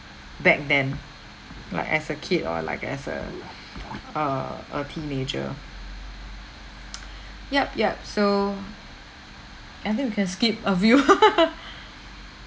back then like as a kid or like as a a a teenager yep yep so I think we can skip a few